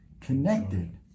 connected